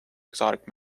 exotic